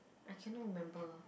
I cannot remember